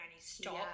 stop